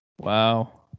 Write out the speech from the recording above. Wow